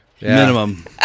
minimum